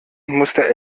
musste